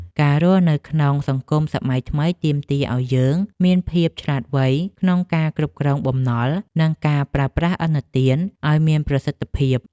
ការរស់នៅក្នុងសង្គមសម័យថ្មីទាមទារឱ្យយើងមានភាពឆ្លាតវៃក្នុងការគ្រប់គ្រងបំណុលនិងការប្រើប្រាស់ឥណទានឱ្យមានប្រសិទ្ធភាព។